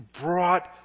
brought